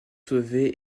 sauvé